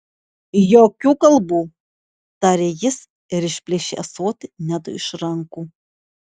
jokių kalbų tarė jis ir išplėšė ąsotį nedui iš rankų